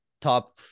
top